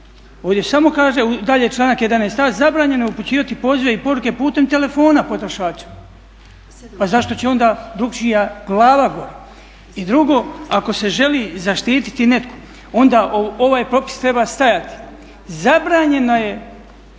Ovdje samo kaže dalje članak 11.a zabranjeno je upućivati poziva i poruke putem telefona potrošačima. A zašto će onda drukčija glava gore? I drugo, ako se želi zaštititi netko onda ovaj propis treba stajati, zabranjeno je